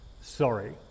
Sorry